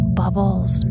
bubbles